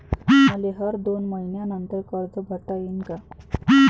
मले हर दोन मयीन्यानंतर कर्ज भरता येईन का?